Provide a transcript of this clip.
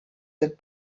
sind